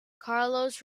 carlos